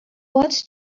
wants